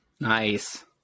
nice